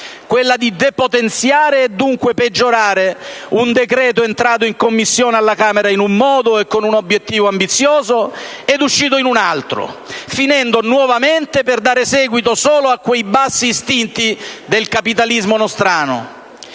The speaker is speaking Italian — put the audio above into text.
quella di depotenziare, e dunque peggiorare, un decreto-legge entrato in Commissione alla Camera in un modo, e con un obiettivo ambizioso, ed uscito in un altro, finendo nuovamente per dare seguito solo a quei «bassi istinti» del capitalismo nostrano.